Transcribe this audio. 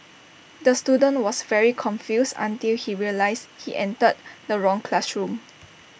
the student was very confused until he realised he entered the wrong classroom